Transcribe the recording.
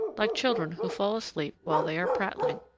like children who fall asleep while they are prattling.